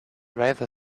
rather